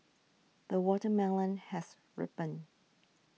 the watermelon has ripened